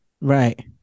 Right